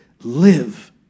live